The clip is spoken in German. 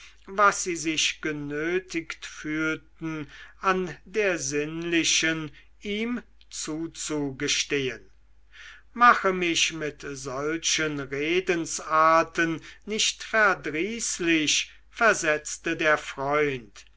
was sie sich genötigt fühlten an der sinnlichen ihm zuzugestehen mache mich mit solchen redensarten nicht verdrießlich versetzte der freund